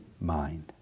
mind